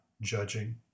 judging